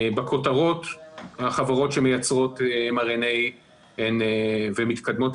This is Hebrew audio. בכותרות החברות שמייצרות MRNA ומתקדמות,